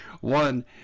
One